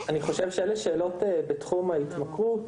אני חושב שאלה שאלות בתחום ההתמכרות,